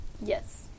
yes